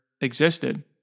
existed